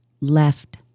left